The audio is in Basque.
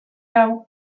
hau